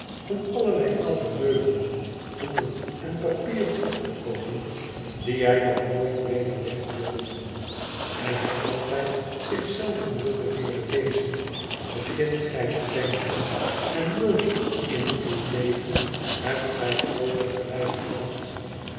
om allerlei oude meubelen boeken en papieren op te koopen die hij dan nooit weder weg wilde doen en hij altijd zich zelven wilde leeren lezen begint gij te denken en nooit in uw leven hebt gij grooter gelijk gehad